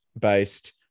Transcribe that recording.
based